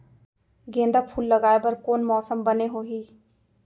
गेंदा फूल लगाए बर कोन मौसम बने होही?